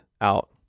out